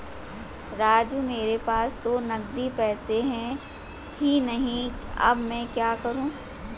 राजू मेरे पास तो नगदी पैसे है ही नहीं अब मैं क्या करूं